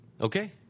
Okay